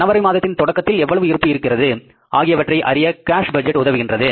ஜனவரி மாதத்தின் தொடக்கத்தில் எவ்வளவு இருப்பு இருக்கிறது ஆகியவற்றை அறிய கேஸ்பட்ஜெட் உதவுகின்றது